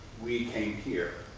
we came here.